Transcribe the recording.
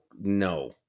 no